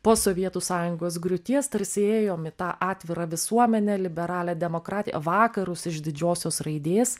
po sovietų sąjungos griūties tarsi ėjom į tą atvirą visuomenę liberalią demokratiją vakarus iš didžiosios raidės